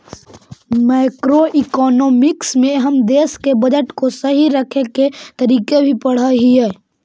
macroeconomics में हम देश के बजट को सही रखे के तरीके भी पढ़अ हियई